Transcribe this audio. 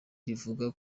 rivuga